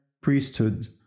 priesthood